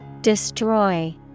Destroy